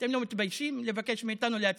אתם לא מתביישים,) אתם לא מתביישים לבקש מאיתנו להצביע,